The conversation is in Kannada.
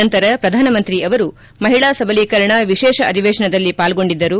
ನಂತರ ಪ್ರಧಾನಮಂತ್ರಿ ಅವರು ಮಹಿಳಾ ಸಬಲೀಕರಣ ವಿಶೇಷ ಅಧಿವೇಶನದಲ್ಲಿ ಪಾಲ್ಗೊಂಡಿದ್ದರು